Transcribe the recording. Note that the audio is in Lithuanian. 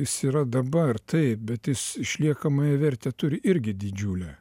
jis yra dabar taip bet jis išliekamąją vertę turi irgi didžiulę